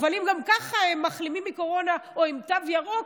אבל אם גם ככה הם מחלימים מקורונה או שהם עם תו ירוק,